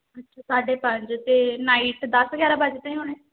ਅੱਛਾ ਸਾਢੇ ਪੰਜ ਅਤੇ ਨਾਈਟ ਦਸ ਗਿਆਰਾਂ ਵੱਜਦੇ ਹੋਣੇ